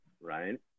Right